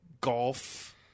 golf